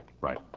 Right